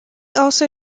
also